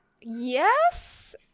yes